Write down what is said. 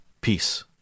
Peace